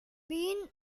been